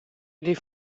les